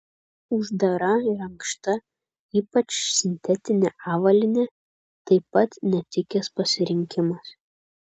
uždara ir ankšta ypač sintetinė avalynė taip pat netikęs pasirinkimas